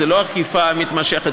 זו לא אכיפה מתמשכת,